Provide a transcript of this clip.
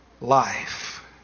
life